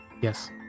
Yes